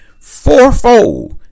fourfold